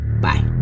bye